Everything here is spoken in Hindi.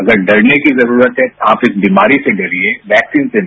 अगर डरने की जरूरत है आप इस बीमारी से डरिए वैक्सीन से नहीं